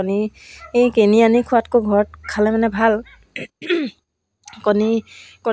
কাপোৰ এমব্ৰইডাৰী কৰিছিলোঁ আৰু চিলাই কৰিছিলোঁ এম্ব্ৰইডাৰী চিলাই কৰিছিলোঁ